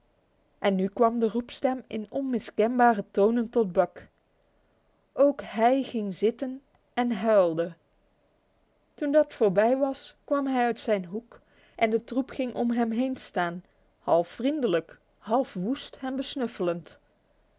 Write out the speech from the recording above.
en nu kwam de roepstem in onmiskenbare tonen tot uck ok hij ging zitten en huilde toen dat voorbij was kwam hij uit zijn hoek en de troep ging om hem heen staan half vriendelijk half woest hem besnuffelend